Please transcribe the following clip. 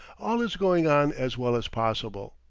all is going on as well as possible.